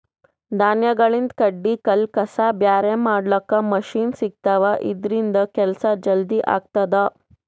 ಧಾನ್ಯಗಳಿಂದ್ ಕಡ್ಡಿ ಕಲ್ಲ್ ಕಸ ಬ್ಯಾರೆ ಮಾಡ್ಲಕ್ಕ್ ಮಷಿನ್ ಸಿಗ್ತವಾ ಇದ್ರಿಂದ್ ಕೆಲ್ಸಾ ಜಲ್ದಿ ಆಗ್ತದಾ